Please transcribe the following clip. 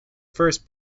first